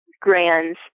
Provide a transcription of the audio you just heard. grands